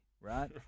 right